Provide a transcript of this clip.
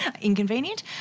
inconvenient